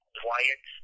quiet